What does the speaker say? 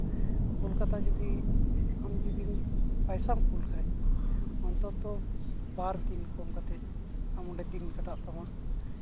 ᱠᱳᱞᱠᱟᱛᱟ ᱡᱩᱫᱤ ᱟᱢ ᱡᱩᱫᱤ ᱯᱚᱭᱥᱟᱢ ᱠᱩᱞ ᱠᱷᱟᱡ ᱚᱱᱛᱚᱛᱚ ᱵᱟᱨᱫᱤᱱ ᱠᱚᱢ ᱠᱟᱛᱮ ᱟᱢ ᱚᱸᱰᱮ ᱫᱤᱱ ᱠᱟᱴᱟᱜ ᱛᱟᱢᱟ